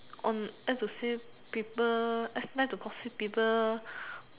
on like to say people like to gossip people